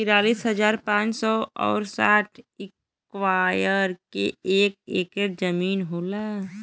तिरालिस हजार पांच सौ और साठ इस्क्वायर के एक ऐकर जमीन होला